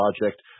project